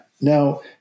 now